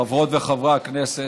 חברות וחברי הכנסת,